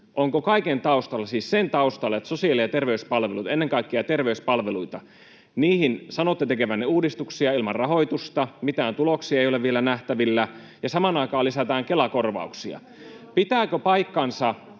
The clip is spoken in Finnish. onko kaiken taustalla — siis sen taustalla, että sosiaali- ja terveyspalveluihin, ennen kaikkea terveyspalveluihin, sanotte tekevänne uudistuksia ilman rahoitusta, mitään tuloksia ei ole vielä nähtävillä, ja samaan aikaan lisätään Kela-korvauksia... Pitääkö paikkansa,